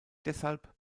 deshalb